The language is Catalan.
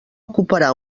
ocuparà